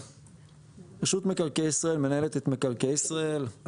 רשות מקרקעי ישראל מנהלת את מקרקעי ישראל.